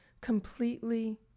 completely